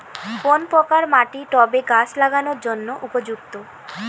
কোন প্রকার মাটি টবে গাছ লাগানোর জন্য উপযুক্ত?